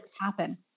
happen